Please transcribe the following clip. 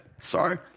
sorry